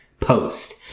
post